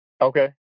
Okay